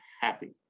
happy